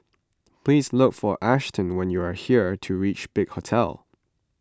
please look for Ashton when you are here to reach Big Hotel